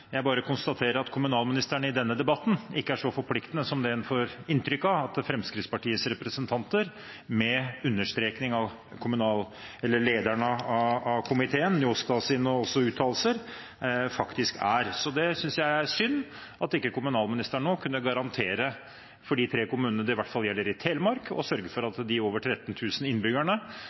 Jeg bare konstaterer at kommunalministeren i denne debatten ikke er så forpliktende som det en får inntrykk av at Fremskrittspartiets representanter, med understrekning av komitéleder Njåstads uttalelser, faktisk er. Jeg synes det er synd at ikke kommunalministeren nå kunne garantere for de tre kommunene det i hvert fall gjelder i Telemark, og at de over 13 000 innbyggerne